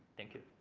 thank you.